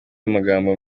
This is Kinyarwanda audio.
amagambo